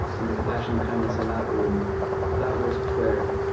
and the compassion and kindness in that room that was prayer.